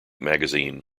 magazine